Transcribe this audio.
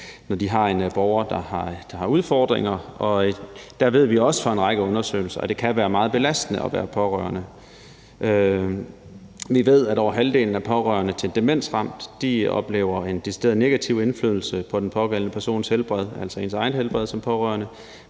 når vi har en borger, der har udfordringer. Der ved vi også fra en række undersøgelser, at det kan være meget belastende at være pårørende. Vi ved, at over halvdelen af de pårørende til demensramte oplever en decideret negativ indflydelse i forhold til deres helbred, altså ens eget helbred som pårørende.